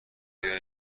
بیا